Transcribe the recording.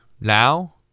Now